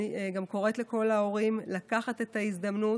אני קוראת לכל ההורים לקחת את ההזדמנות,